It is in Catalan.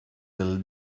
del